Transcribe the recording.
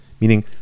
Meaning